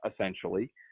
essentially